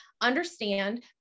understand